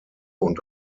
und